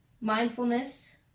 mindfulness